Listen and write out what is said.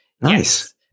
Nice